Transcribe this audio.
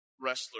wrestler